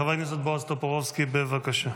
חבר הכנסת בועז טופורובסקי, בבקשה.